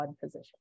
position